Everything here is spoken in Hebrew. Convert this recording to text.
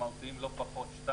משמעותיים לא פחות, 2,